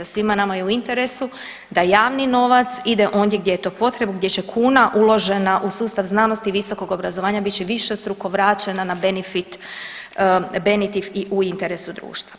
Svima nama je u interesu da javni novac ide ondje gdje je to potrebno, gdje će kuna uložena u sustav znanosti i visokog obrazovanja bit će višestruko vraćena na benefit, benefit i u interesu društvu.